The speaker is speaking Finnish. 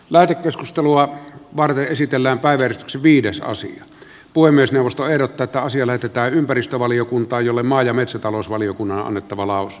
lähetekeskustelua varten esitellään päivä viidesosa puhemiesneuvosto ehdottaa että asia lähetetään ympäristövaliokunta jolle maa ja metsätalousvaliokunnan että maalaus